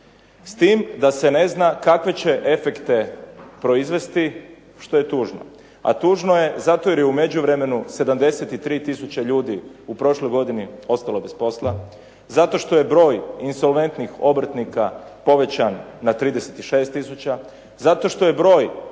s tim da se ne zna kakve će efekte proizvesti što je tužno. A tužno je zato jer je u međuvremenu 73 tisuće ljudi u prošloj godini ostalo bez posla, zato što je broj insolventnih obrtnika povećan na 36 tisuća, zato što je broj